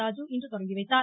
ராஜு இன்று தொடங்கி வைத்தார்